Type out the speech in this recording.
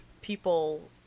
people